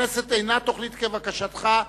שהכנסת אינה תוכנית כבקשתך,